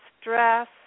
stress